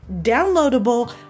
downloadable